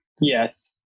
Yes